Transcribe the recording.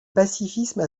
pacifisme